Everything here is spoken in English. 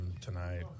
tonight